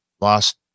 lost